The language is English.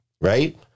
right